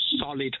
solid